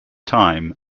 time